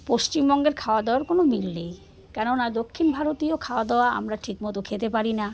পশ্চিমবঙ্গের খাওয়া দাওয়ার কোনো মিল নেই কেননা দক্ষিণ ভারতীয় খাওয়া দাওয়া আমরা ঠিকমতো খেতে পারি না